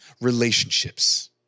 relationships